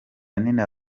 nina